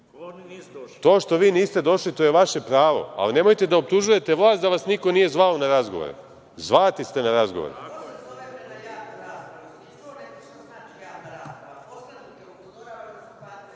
što vi niste došli, to je vaše pravo, ali nemojte da optužujete vlast da vas niko nije zvao na razgovore. Zvati ste na razgovore.(Vjerica